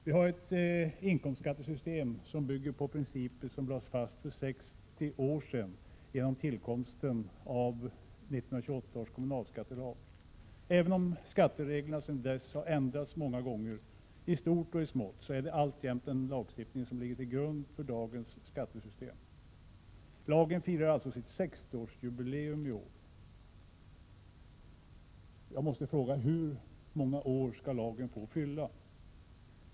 Vi har ett inkomstskattesystem som bygger på principer som lades fast för 60 år sedan, genom tillkomsten av 1928 års kommunalskattelag. Även om skattereglerna sedan dess har ändrats många gånger, i stort och i smått, är det alltjämt denna lagstiftning som ligger till grund för dagens skattesystem. Lagen firar alltså sitt 60-årsjubileum i år. Jag måste fråga: Hur många år skall lagen få fylla?